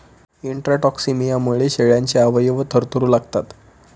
इंट्राटॉक्सिमियामुळे शेळ्यांचे अवयव थरथरू लागतात